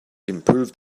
improved